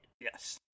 Yes